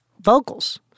vocals